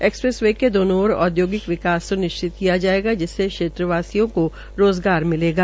express के दोनो और औद्योगिक विकास सुनिश्चित किया जायेगा जिससे क्षेत्रवादियों को रोज़गार मिलेगा